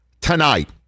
tonight